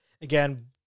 again